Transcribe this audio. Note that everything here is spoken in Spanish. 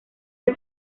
del